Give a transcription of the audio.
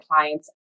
clients